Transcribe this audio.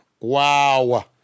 Wow